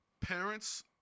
parents